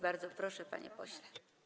Bardzo proszę, panie pośle.